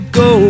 go